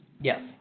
Yes